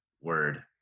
word